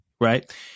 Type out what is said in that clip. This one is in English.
right